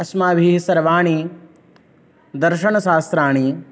अस्माभिः सर्वाणि दर्शनशास्त्राणि